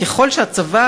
ככל שהצבא,